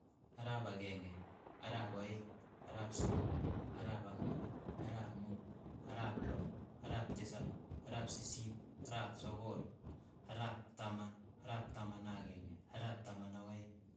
Ara'ap akeng'e, ara'ap aeng', ara'ap somok, arap ang'wan, ara'ap muut, ara'ap loo, ara'ap tisap, ara'ap, sisiit, ara'ap sogol, ara'ap taman, ara'ap taman ak akeng'e, ara'ap taman ak aeng'.